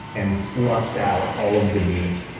and sucks out all of the meat